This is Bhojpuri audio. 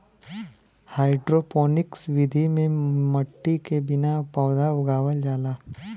हाइड्रोपोनिक्स विधि में मट्टी के बिना पौधा उगावल जाला